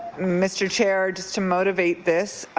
mr. chair, just to motivate this,